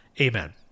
amen